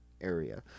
area